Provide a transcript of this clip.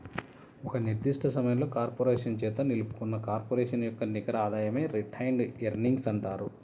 ఒక నిర్దిష్ట సమయంలో కార్పొరేషన్ చేత నిలుపుకున్న కార్పొరేషన్ యొక్క నికర ఆదాయమే రిటైన్డ్ ఎర్నింగ్స్ అంటారు